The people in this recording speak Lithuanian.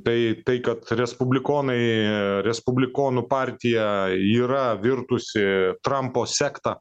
tai tai kad respublikonai ir respublikonų partija yra virtusi trampo sekta